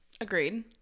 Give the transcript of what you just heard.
Agreed